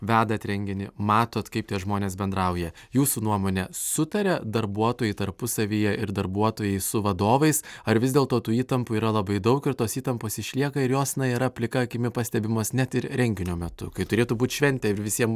vedat renginį matot kaip tie žmonės bendrauja jūsų nuomone sutaria darbuotojai tarpusavyje ir darbuotojai su vadovais ar vis dėlto tų įtampų yra labai daug ir tos įtampos išlieka ir jos na yra plika akimi pastebimos net ir renginio metu kai turėtų būt šventė visiem